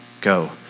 go